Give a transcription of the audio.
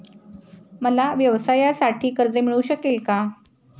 मला व्यवसायासाठी कर्ज मिळू शकेल का?